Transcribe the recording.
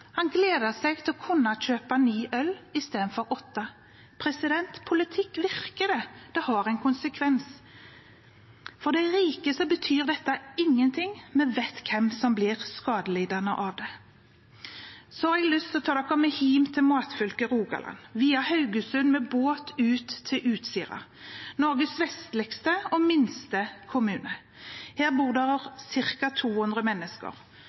Han gledet seg til å kunne kjøpe ni øl istedenfor åtte. Politikk virker. Det har en konsekvens. For de rike betyr dette ingenting. Vi vet hvem som blir skadelidende av det. Jeg har lyst til å ta dere med hjem til matfylket Rogaland, via Haugesund med båt ut til Utsira, Norges vestligste og minste kommune. Her bor det ca. 200 mennesker,